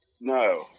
No